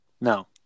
No